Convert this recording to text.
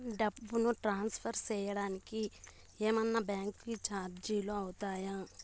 డబ్బును ట్రాన్స్ఫర్ సేయడానికి ఏమన్నా బ్యాంకు చార్జీలు అవుతాయా?